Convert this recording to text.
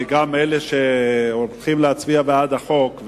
וגם אלה שהולכים להצביע בעד החוק,